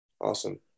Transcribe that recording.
Awesome